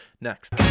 next